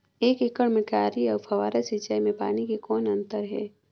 एक एकड़ म क्यारी अउ फव्वारा सिंचाई मे पानी के कौन अंतर हे?